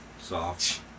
Soft